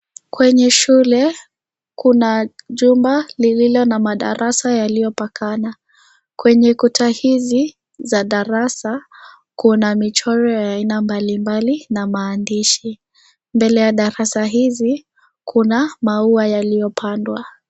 Kwenye shule kuna jumba lililo na madarasa yaliyopakana. Kwenye kuta hizi, za darasa, kuna michoro ya aina mbalimbali na maandishi. Mbele ya darasa hizi kuna maua yaliyopandwa.